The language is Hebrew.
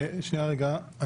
שנייה, רגע.